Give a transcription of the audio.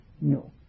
No